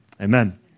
Amen